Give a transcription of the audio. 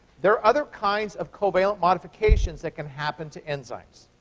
there are other kinds of covalent modifications that can happen to enzymes.